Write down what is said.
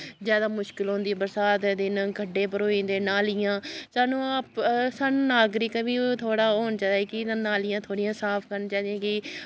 जैदा मुश्कल होंदी ऐ जैदा बरसांत दे दिनें खड्डे भरोई जंदे नालियां सानूं सानूं नागरिकें बी थोह्ड़ा होना चाहिदा ऐ कि नालियां थोह्ड़ियां साफ करनियां चाहि दियां कि